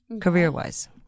career-wise